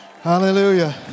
hallelujah